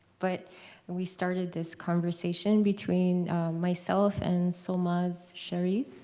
but we started this conversation between myself and solmaz sharif.